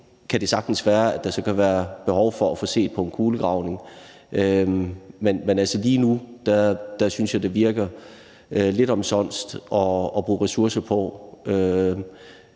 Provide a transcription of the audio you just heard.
kan det sagtens være, der kan være behov for at se på en kulegravning, men altså, lige nu synes jeg, at det virker lidt omsonst at bruge ressourcer på.